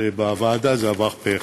ובוועדה זה עבר פה-אחד.